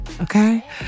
okay